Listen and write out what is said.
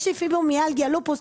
יש לי פיברומיאלגיה, לופוס.